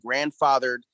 grandfathered